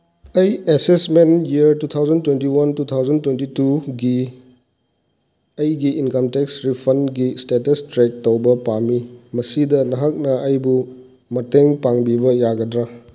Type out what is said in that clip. ꯑꯩ assessment year two thousand twenty one two thousand twenty ꯇꯨꯒꯤ ꯑꯩꯒꯤ ꯏꯪꯀꯝ ꯇꯦꯛꯁ ꯔꯤꯐꯟꯒꯤ ꯏꯁꯇꯦꯇꯦꯁ ꯇ꯭ꯔꯦꯛ ꯇꯧꯕ ꯄꯥꯝꯃꯤ ꯃꯁꯤꯗ ꯅꯍꯥꯛꯅ ꯑꯩꯕꯨ ꯃꯇꯦꯡ ꯄꯥꯡꯕꯤꯕ ꯌꯥꯒꯗ꯭ꯔꯥ